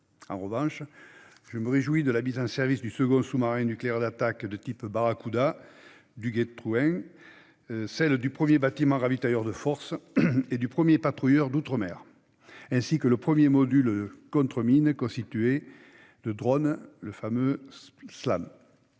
En revanche, je me réjouis de la mise en service du second sous-marin nucléaire d'attaque, de type Barracuda, le, de celle du premier bâtiment ravitailleur de forces et du premier patrouilleur d'outre-mer, ainsi que du premier module de lutte contre les mines, constitué de drones : le fameux Slamf.